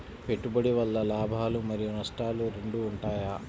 పెట్టుబడి వల్ల లాభాలు మరియు నష్టాలు రెండు ఉంటాయా?